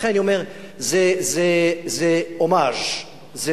לכן אני אומר, זה הומאז', זו